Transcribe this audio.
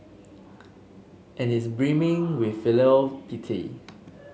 and is brimming with filial piety